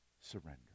Surrender